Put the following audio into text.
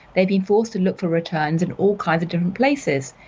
they've been forced to look for returns in all kinds of different places.